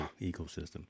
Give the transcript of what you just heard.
ecosystem